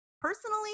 personally